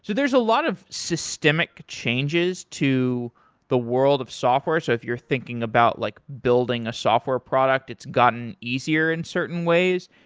so there's a lot of systemic changes to the world of software. so if you're thinking about like building a software product, it's gotten easier in certain ways.